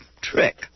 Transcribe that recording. trick